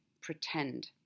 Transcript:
pretend